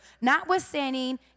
Notwithstanding